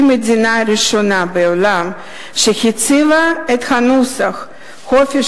שהיא המדינה הראשונה בעולם שהציבה את הנוסח "חופש,